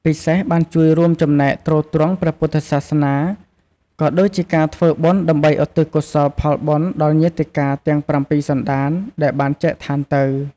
ពិសេសបានជួយរួមចំណែកទ្រទ្រង់ព្រះពុទ្ធសាសនា ក៏ដូចជាការធ្វើបុណ្យដើម្បីឧទ្ទិសកុសលផលបុណ្យដល់ញាតិកាទាំងប្រាំពីរសន្តានដែលបានចែកឋានទៅ។